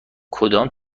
کدام